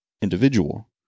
individual